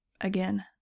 Again